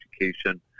education